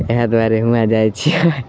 इएह दुआरे हुआँ जाइ छिए